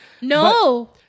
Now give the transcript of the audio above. No